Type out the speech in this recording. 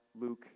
Luke